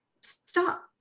stop